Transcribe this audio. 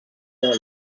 vol